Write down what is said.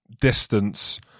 distance